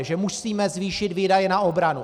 Že musíme zvýšit výdaje na obranu.